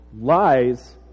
lies